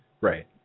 Right